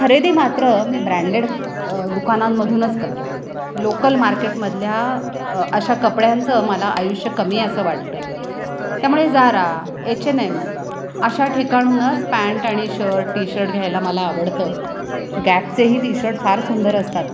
खरेदीमात्र मी ब्रँडेड दुकानांमधूनच करते लोकल मार्केटमधल्या अशा कपड्यांचं मला आयुष्य कमी आहे असं वाटतं त्यामुळे जारा एच एन एम अशा ठिकाणहूनच पँट आणि शर्ट टी शर्ट घ्यायला मला आवडतं गॅपचेही टी शर्ट फार सुंदर असतात